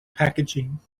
packaging